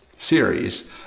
series